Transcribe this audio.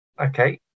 Okay